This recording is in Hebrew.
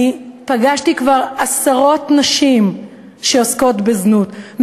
אני פגשתי כבר עשרות נשים שעוסקות בזנות.